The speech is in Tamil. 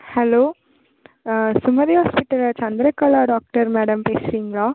ஹலோ சுமதி ஹாஸ்பிட்டலில் சந்திரகலா டாக்டர் மேடம் பேசுகிறிங்களா